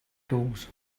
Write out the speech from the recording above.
gulls